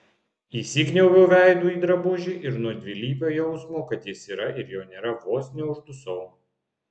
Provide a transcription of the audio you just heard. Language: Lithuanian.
įsikniaubiau veidu į drabužį ir nuo dvilypio jausmo kad jis yra ir jo nėra vos neuždusau